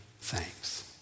thanks